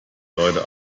leute